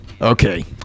Okay